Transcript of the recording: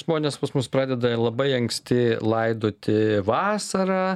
žmonės pas mus pradeda labai anksti laidoti vasarą